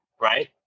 Right